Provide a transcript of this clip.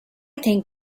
think